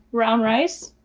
brown rice,